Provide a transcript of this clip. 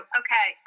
okay